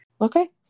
Okay